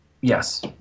Yes